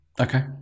okay